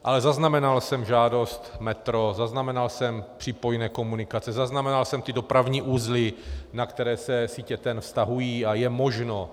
Ale zaznamenal jsem žádost metro, zaznamenal jsem přípojné komunikace, zaznamenal jsem ty dopravní uzly, na které se sítě TENT vztahují, a je možno.